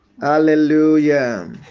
Hallelujah